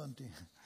הבנתי.